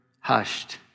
hushed